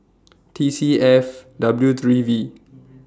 T C F W three V